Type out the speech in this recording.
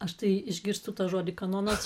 aš tai išgirstu tą žodį kanonas